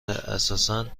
اساسا